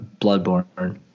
Bloodborne